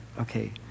Okay